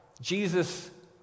Jesus